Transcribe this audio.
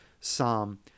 psalm